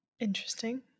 Interesting